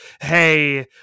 Hey